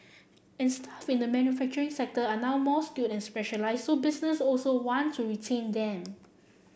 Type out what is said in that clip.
and staff in the manufacturing sector are now more skilled and specialised so businesses also want to retain them